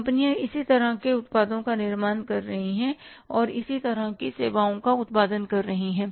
कंपनियां इसी तरह के उत्पादों का निर्माण कर रही हैं और इसी तरह की सेवाओं का उत्पादन कर रही हैं